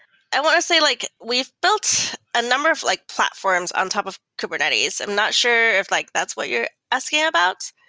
i want to say like we've built a number of like platforms on top of kubernetes. i'm not sure if like that's what you're asking about.